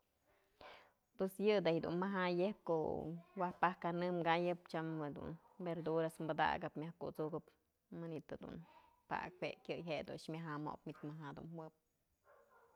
Pues yë da dun majatyë ko'o wajpak kanë kayëp tyam jedun verdura padakëp myaj kut'sukëp manytë pak we kyëy jedun myaja mopë manytë maja dun jawëp.